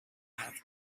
have